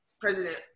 President